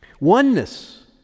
Oneness